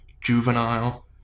juvenile